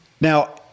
Now